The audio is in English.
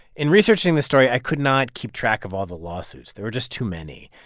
in researching this story, i could not keep track of all the lawsuits. there were just too many,